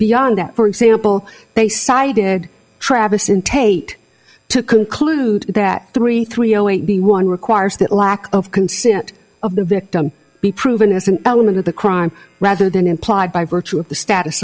beyond that for example they cited travis in tate to conclude that three three zero eight b one requires that a lack of consent of the victim be proven as an element of the crime rather than implied by virtue of the status